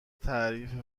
تعریف